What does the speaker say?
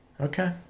Okay